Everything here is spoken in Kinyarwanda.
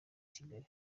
kigali